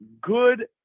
good